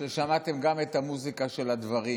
ששמעתם גם את המוזיקה של הדברים.